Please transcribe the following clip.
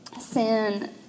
sin